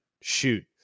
Shoot